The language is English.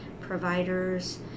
providers